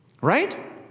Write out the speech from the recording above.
Right